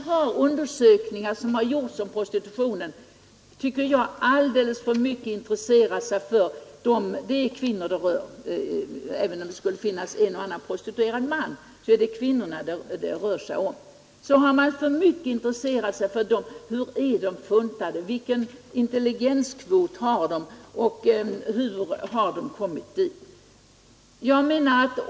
De undersökningar som har gjorts om prostitutionen har alldeles för mycket intresserat sig för de kvinnor det gäller även om det skulle finnas en och annan prostituerad man är det huvudsakligen kvinnor det rör sig om — hur de är funtade, vilken intelligenskvot de har och hur de har hamnat i prostitutionen.